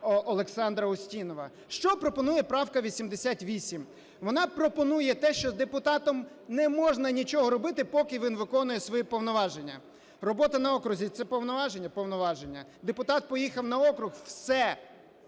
Олександра Устінова. Що пропонує правка 88. Вона пропонує те, що депутату не можна нічого робити, поки він виконує свої повноваження. Робота на окрузі – це повноваження? Повноваження. Депутат поїхав на округ – все.